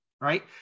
right